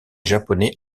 japonais